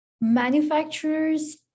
Manufacturers